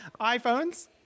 iPhones